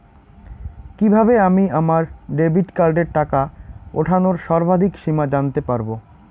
কিভাবে আমি আমার ডেবিট কার্ডের টাকা ওঠানোর সর্বাধিক সীমা জানতে পারব?